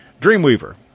Dreamweaver